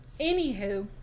anywho